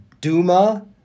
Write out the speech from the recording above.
Duma